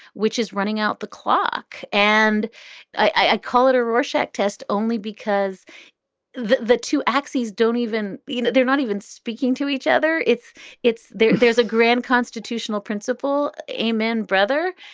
which is running out the clock. and i call it a rorschach test only because the two axes don't even you know they're not even speaking to each other. it's it's there's a grand constitutional principle, a man, brother.